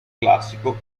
classico